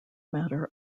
matter